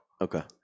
Okay